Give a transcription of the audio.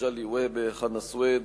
מגלי והבה, חנא סוייד,